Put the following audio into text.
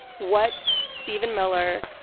what steven miller,